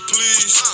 Please